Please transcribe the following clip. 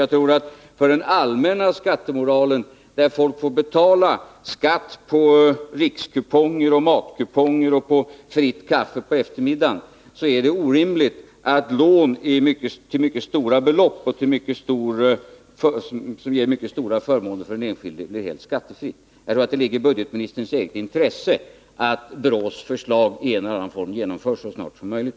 Jag tror att det för den allmänna skattemoralen — folk får betala skatt på rikskuponger och andra matkuponger och fritt kaffe på eftermiddagen — är orimligt att lån till mycket stora belopp, som ger mycket stora förmåner för den enskilde, blir helt skattefria. Jag tror att det ligger i budgetministerns eget intresse att BRÅ:s förslag i en eller annan form genomförs så snart som möjligt.